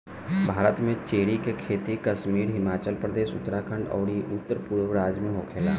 भारत में चेरी के खेती कश्मीर, हिमाचल प्रदेश, उत्तरखंड अउरी उत्तरपूरब राज्य में होखेला